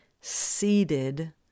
seated